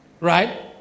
Right